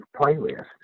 playlist